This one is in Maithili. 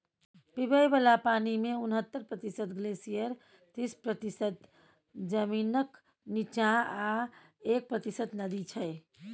पीबय बला पानिमे उनहत्तर प्रतिशत ग्लेसियर तीस प्रतिशत जमीनक नीच्चाँ आ एक प्रतिशत नदी छै